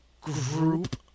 group